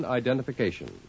identification